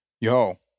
yo